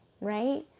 right